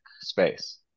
space